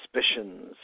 suspicions